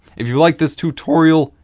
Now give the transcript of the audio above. if you like this tutorial,